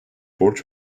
borç